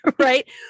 right